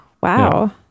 Wow